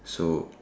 so